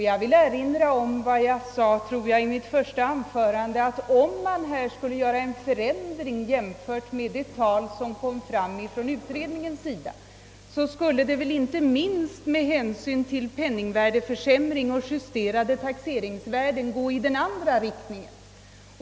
Jag vill erinra om vad jag sade i mitt första anförande, nämligen att om man skulle ändra utredningens förslag så borde ändringen — inte minst med hänsyn till penningvärdeförsämringen och de justerade taxeringsvärdena — gå i den andra riktningen.